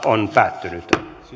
on päättynyt